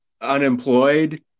unemployed